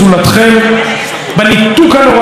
בניתוק הנוראי מאזרחי ישראל.